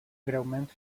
greument